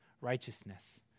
righteousness